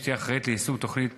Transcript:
ותהיה אחראית ליישום תוכנית